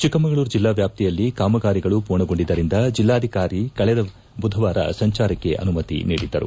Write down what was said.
ಚಿಕ್ಕಮಗಳೂರು ಜಿಲ್ಲಾ ವ್ಯಾಪ್ತಿಯಲ್ಲಿ ಕಾಮಗಾರಿಗಳು ಪೂರ್ಣಗೊಂಡಿದರಿಂದ ಜಿಲ್ಲಾಧಿಕಾರಿ ಕಳೆದ ಬುಧವಾರ ಸಂಚಾರಕ್ಕೆ ಅನುಮತಿ ನೀಡಿದ್ದರು